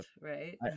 right